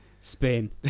spain